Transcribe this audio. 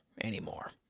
anymore